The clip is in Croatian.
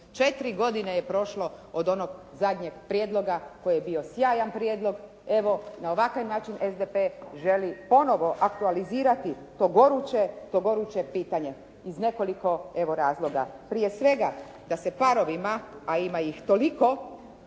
Četiri godine je prošlo od onog zadnjeg prijedloga koji je bio sjajan prijedlog. Evo, na ovakav način SDP želi ponovno aktualizirati to goruće pitanje iz nekoliko evo razloga. Prije svega, da se parovima a ima ih toliko